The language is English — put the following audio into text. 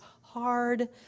hard